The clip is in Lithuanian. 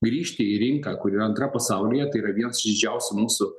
grįžti į rinką kuri yra antra pasaulyje tai yra vienas iš didžiausių mūsų